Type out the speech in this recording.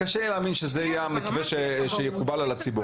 קשה לי להאמין שזה יהיה המתווה שיהיה מקובל על הציבור.